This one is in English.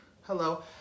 Hello